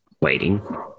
waiting